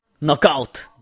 Knockout